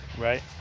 Right